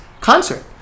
concert